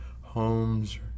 homes